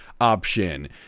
option